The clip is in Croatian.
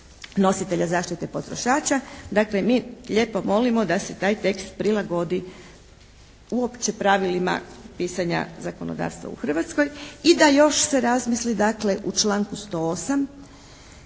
nositelja zaštite potrošača. Dakle, mi lijepo molimo da se taj tekst prilagodi uopće pravilima pisanja zakonodavstva u Hrvatskoj i da još se razmisli dakle u članku 108.